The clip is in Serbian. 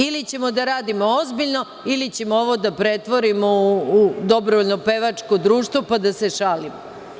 Ili ćemo da radimo ozbiljno ili ćemo ovo da pretvorimo u dobrovoljno pevačko društvo, pa da se šalimo.